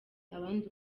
abandi